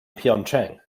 pyeongchang